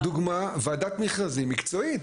לדוגמא, ועדת מכרזים מקצועית.